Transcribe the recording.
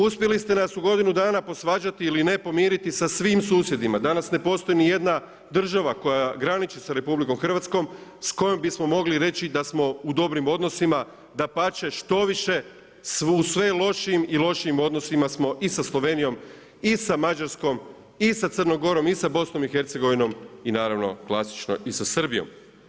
Uspjeli ste nas u godinu dana posvađati ili ne pomiriti sa svim susjedima, danas ne postoji nijedna država koja graniči sa RH s kojom bismo mogli reći da smo u dobrim odnosima, dapače štoviše, u sve lošijim i lošijim odnosima smo i sa Slovenijom i sa Mađarskom i sa Crnom Gorom i sa BiH-om i naravno, klasično i sa Srbijom.